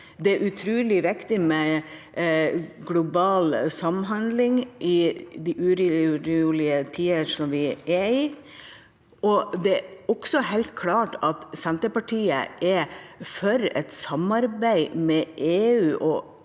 Det er utrolig viktig med global samhandling i slike urolige tider som vi er i. Det er også helt klart at Senterpartiet er for et samarbeid med EU